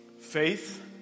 faith